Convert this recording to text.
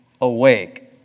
awake